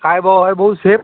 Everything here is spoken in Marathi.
काय भाव आहे भाऊ सेब